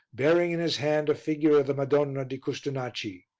bearing in his hand a figure of the madonna di custonaci.